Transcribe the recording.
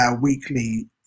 weekly